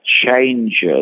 changes